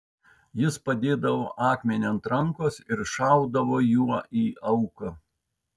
jis padėdavo akmenį ant rankos ir šaudavo juo į auką